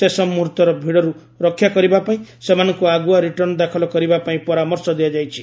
ଶେଷ ମୁହୂର୍ତ୍ତର ଭିଡ଼ରୁ ରକ୍ଷା କରିବା ପାଇଁ ସେମାନଙ୍କୁ ଆଗୁଆ ରିଟର୍ଣ୍ଣ ଦାଖଲ କରିବା ପାଇଁ ପରାମର୍ଶ ଦିଆଯାଇଛି